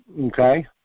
Okay